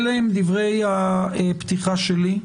אלה הם דברי הפתיחה שלי.